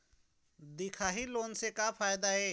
दिखाही लोन से का फायदा हे?